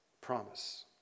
promise